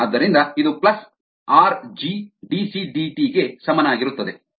ಆದ್ದರಿಂದ ಇದು plus R G D C D T ಗೆ ಸಮನಾಗಿರುತ್ತದೆ